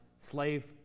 Slave